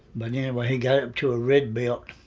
but anyway, he got up to a red belt,